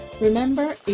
Remember